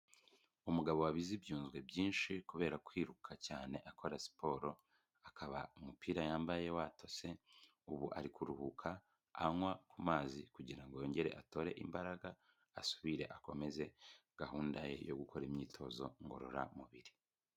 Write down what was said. Umugabo wabize ibyunzwe byinshi kubera kwiruka cyane akora siporo, akaba umupira yambaye watose, ubu ari kuruhuka anywa ku mazi kugira ngo yongere atore imbaraga asubire akomeze gahunda ye yo gukora imyitozo ngororamubiri.